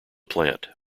plant